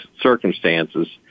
circumstances